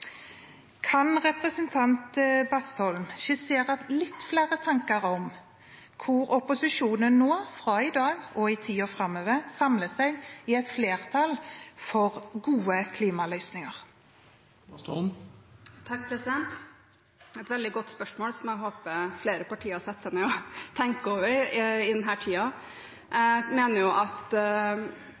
Kan representanten Bastholm skissere noen flere tanker om hvor opposisjonen nå, fra i dag og i tiden framover, samler seg i et flertall for gode klimaløsninger? Det var et veldig godt spørsmål, som jeg håper flere partier setter seg ned og tenker over i denne tiden. Jeg mener jo, som jeg var inne på, at